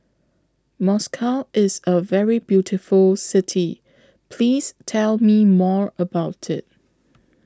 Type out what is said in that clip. Moscow IS A very beautiful City Please Tell Me More about IT